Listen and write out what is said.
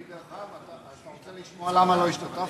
אני, דרך אגב, אתה רוצה לשמוע למה לא השתתפתי?